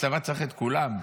הצבא צריך את כולם,